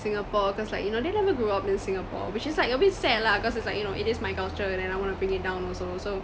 singapore cause like you know they never grew up in singapore which is like a bit sad lah cause it's like you know it is my culture and then I want to bring it down also so